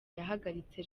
yahagaritse